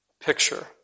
picture